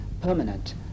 permanent